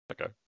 Okay